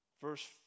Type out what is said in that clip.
verse